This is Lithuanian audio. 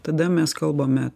tada mes kalbame